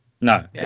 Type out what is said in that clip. No